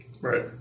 Right